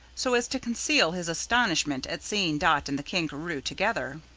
so as to conceal his astonishment at seeing dot and the kangaroo together.